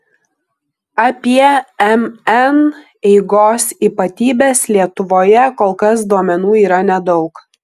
apie mn eigos ypatybes lietuvoje kol kas duomenų yra nedaug